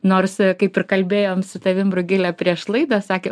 nors kaip ir kalbėjom su tavim rugile prieš laidą sakė